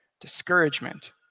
discouragement